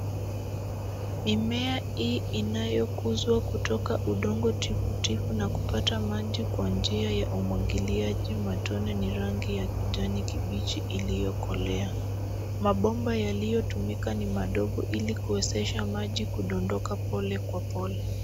Mimea hii inayokuzwa kutoka udongo tifu tifu na kupata maji kwa njia ya umwagiliaji matone ni rangi ya kijani kibichi iliyo kolea. Mabomba yaliyo tumika ni madogo ili kuwezesha maji kudondoka pole kwa pole.